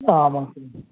ஆ ஆமாங்க சார்